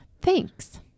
Thanks